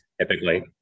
typically